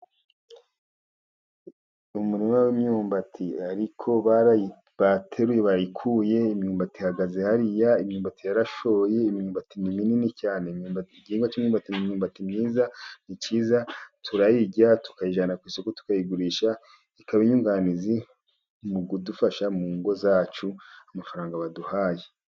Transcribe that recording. Ni umurima w'imyumbati ariko bateruye bayikuye. Imyumbati ihagaze hariya, imyumbati yarashoye, imyumbati ni minini cyane. Igihingwa cy'imyumbati ni cyiza turayirya tukayijyana ku isoko tukayigurisha, ikaba inyunganizi mu kudufasha mu ngo zacu, amafaranga baduhaye.